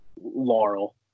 Laurel